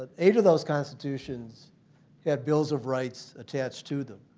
ah eight of those constitutions have bills of rights attached to them.